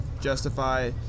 justify